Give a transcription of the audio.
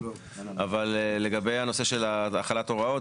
אבל לגבי הנושא של החלת ההוראות,